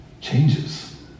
changes